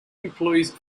employs